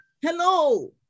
Hello